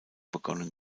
begonnen